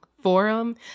forum